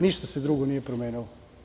Ništa se drugo nije promenilo.